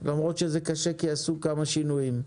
למרות שזה קשה כי עשו כמה שינויים,